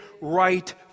right